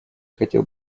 хотел